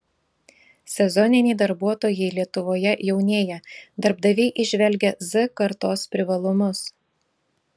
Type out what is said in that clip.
sezoniniai darbuotojai lietuvoje jaunėja darbdaviai įžvelgia z kartos privalumus